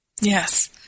Yes